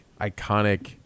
iconic